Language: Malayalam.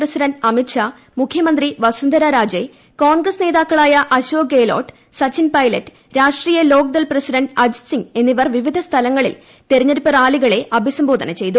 പ്രസിഡന്റ് അമിത് ഷാ മുഖ്യമന്ത്രി വസുന്ദരാ രാജെ കോൺഗ്രസ് നേതാക്കളായ അശോക് ഗെഹ് ലോട്ട്സച്ചിൻ പൈലറ്റ്രാഷ്ട്രീയ ലോക്ദൾ പ്രസിഡന്റ് അജിത്ത് സിംഗ് എന്നിവർ വിവിധ സ്ഥലങ്ങളിൽ തെരഞ്ഞെടുപ്പ് റാലികളെ അഭിസംബോധന ചെയ്തു